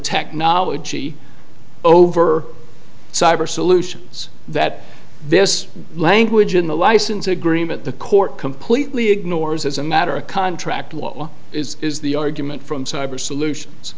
technology over cyber solutions that this language in the license agreement the court completely ignores as a matter of contract law is is the argument from cyber solutions